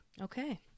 Okay